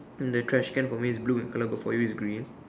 the trash can for me is blue in color but for you is green